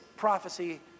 Prophecy